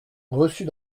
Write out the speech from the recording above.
reçues